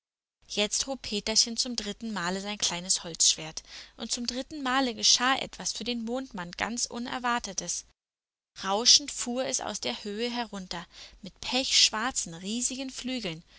jetzt hob peterchen zum dritten male sein kleines holzschwert und zum dritten male geschah etwas für den mondmann ganz unerwartetes rauschend fuhr es aus der höhe herunter mit pechschwarzen riesigen flügeln